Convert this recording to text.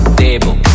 table